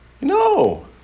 No